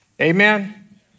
Amen